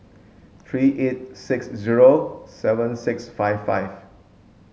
three eight six zero seven six five five